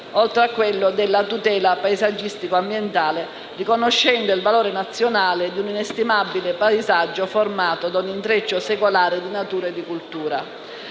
oltre a quello della tutela paesaggistico-ambientale, riconoscendo il valore nazionale di un inestimabile paesaggio formato da un intreccio secolare di natura e cultura.